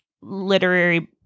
literary